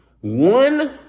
one